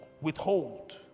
withhold